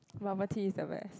bubble tea is the best